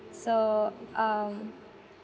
so um